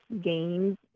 games